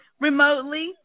remotely